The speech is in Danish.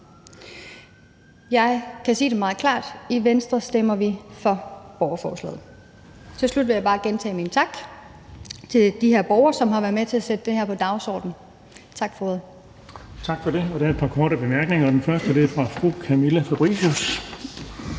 Jeg kan sige det meget klart: I Venstre stemmer vi for borgerforslaget. Til slut vil jeg bare gentage min tak til de her borgere, som har været med til at sætte det her på dagsordenen. Tak for ordet.